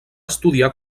estudiar